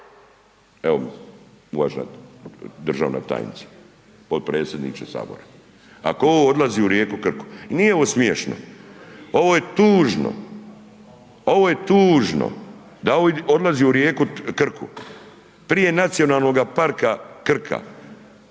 evo uvažena državna tajniče, potpredsjedniče HS, ako ovo odlazi u rijeku Krku i nije ovo smiješno, ovo je tužno, ovo je tužno da ovo odlazi u rijeku Krku, prije NP Krka